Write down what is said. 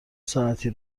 ساعتی